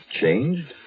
Changed